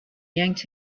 yanked